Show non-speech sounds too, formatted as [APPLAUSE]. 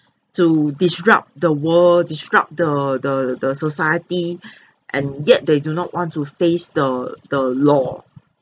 to disrupt the world disrupt the the the society [BREATH] and yet they do not want to face the the law